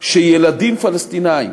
שילדים פלסטינים,